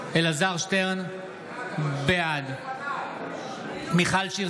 שטרן, בעד מיכל שיר